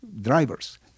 drivers